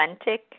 authentic